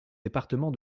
département